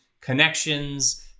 connections